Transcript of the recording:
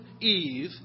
Eve